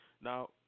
now